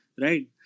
right